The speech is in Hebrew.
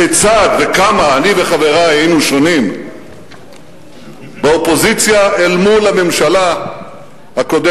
כיצד וכמה אני וחברי היינו שונים באופוזיציה אל מול הממשלה הקודמת.